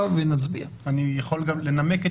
בשעה 11:04 ונתחדשה בשעה 11:07.) אני מחדש את הדיון.